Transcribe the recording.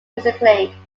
musically